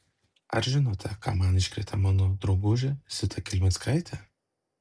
ar žinote ką man iškrėtė mano draugužė zita kelmickaitė